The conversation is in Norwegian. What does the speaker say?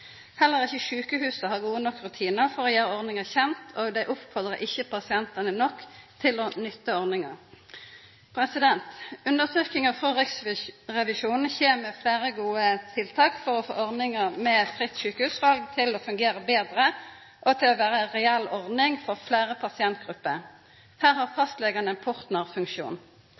Heller ikkje sjukehusa har gode nok rutinar for å gjera ordninga kjent, og dei oppfordrar ikkje pasientane nok til å nytta ordninga. Undersøkinga frå Riksrevisjonen kjem med fleire gode tiltak for å få ordninga med fritt sjukehusval til å fungera betre og til å vera ei reell ordning for fleire pasientgrupper. Her har fastlegane